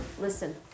Listen